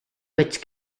which